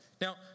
Now